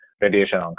radiation